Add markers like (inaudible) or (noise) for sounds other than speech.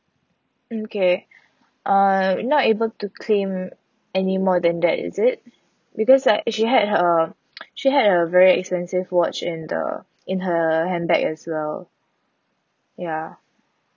okay (breath) uh I'm not able to claim any more than that is it because like she had her (noise) she had a very expensive watch in the in her handbag as well ya